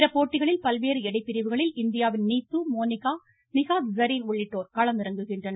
பிற போட்டிகளில் பல்வேறு எடைபிரிவுகளில் இந்தியாவின் நீத்து மோனிகா நிஹாத் ஸரீன் உள்ளிட்டோர் களமிறங்குகின்றனர்